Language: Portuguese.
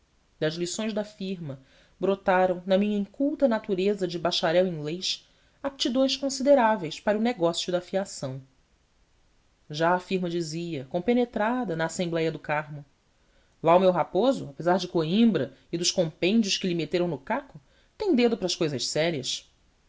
das lições da firma brotaram na minha inculta natureza de bacharel em leis aptidões consideráveis para o negócio da fiação já a firma dizia compenetrada na assembléia do carmo lá o meu raposo apesar de coimbra e dos compêndios que lhe meteram no caco tem dedo para as cousas sérias